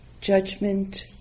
Judgment